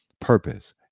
purpose